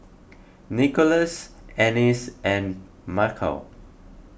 Nikolas Annis and Michal